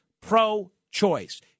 pro-choice